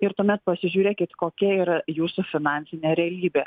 ir tuomet pasižiūrėkit kokia yra jūsų finansinė realybė